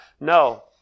No